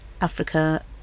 Africa